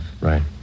Right